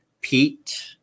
Pete